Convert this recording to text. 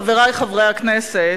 חברי חברי הכנסת,